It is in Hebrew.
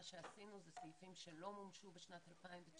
שעשינו זה סעיפים שלא מומשו בשנת 2019,